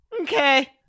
Okay